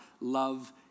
love